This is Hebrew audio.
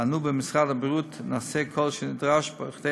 ואנו במשרד הבריאות נעשה את כל שנדרש כדי